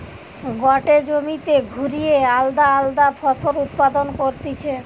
গটে জমিতে ঘুরিয়ে আলদা আলদা ফসল উৎপাদন করতিছে